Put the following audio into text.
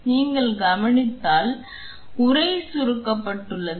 நீங்கள் கவனித்தால் உறை சுருக்கப்பட்டுள்ளது